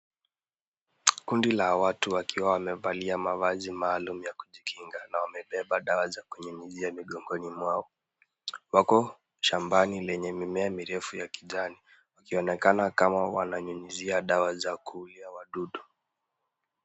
Kundi la watu wakiwa wamevalia mavazi maalum ya kujikinga na wakiwa wamebeba dawa za kunyunyuzia migongoni mwao wako shambani lenye mimea mirefu ya kijani. Wakionekana kama wananyunyizia dawa za kuulia wadudu.